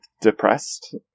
depressed